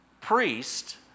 priest